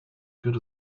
good